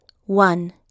one